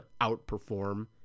outperform